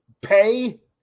pay